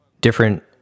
different